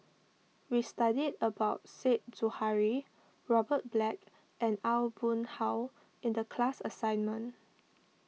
we studied about Said Zahari Robert Black and Aw Boon Haw in the class assignment